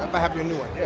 i have your new one.